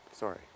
Sorry